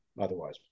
otherwise